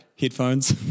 headphones